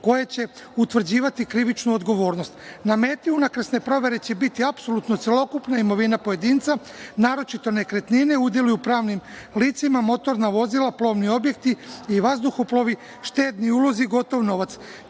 koje će utvrđivati krivičnu odgovornost. Na meti unakrsne provere će biti apsolutno celokupna imovina pojedinca, naročito nekretnine, udelu u pravnim licima, motorna vozila, plovni objekti i vazduhoplovi, štedni ulozi, gotov novac. Teret